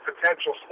potential